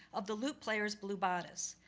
of the loop player's blue bodice,